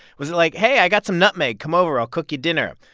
was it like, hey, i got some nutmeg. come over. i'll cook you dinner.